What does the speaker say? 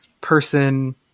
person